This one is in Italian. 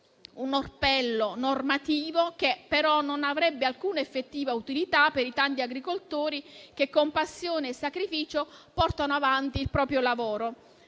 un orpello normativo che però non avrebbe alcuna effettiva utilità per i tanti agricoltori che, con passione e sacrificio, portano avanti il proprio lavoro.